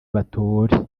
batore